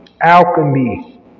alchemy